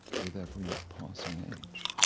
with every passing age